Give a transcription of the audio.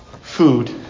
food